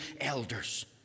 elders